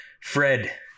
Fred